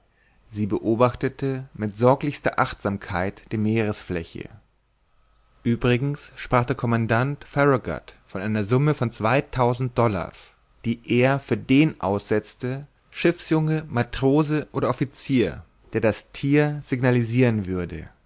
sie beobachtete mit sorglichster achtsamkeit die meeresfläche uebrigens sprach der commandant farragut von einer summe von zweitausend dollars die er für den aussetzte schiffsjunge matrose oder officier der das thier signalisiren würde